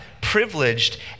privileged